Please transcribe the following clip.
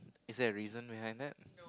is there a reason behind that